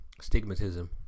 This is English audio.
stigmatism